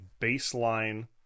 baseline